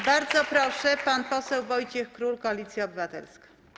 Bardzo proszę, pan poseł Wojciech Król, Koalicja Obywatelska.